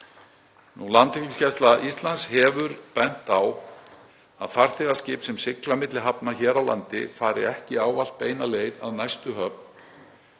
Landhelgisgæsla Íslands hefur bent á að farþegaskip sem sigla á milli hafna hér á landi fari ekki ávallt beina leið að næstu höfn,